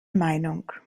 meinung